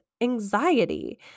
anxiety